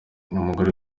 umugore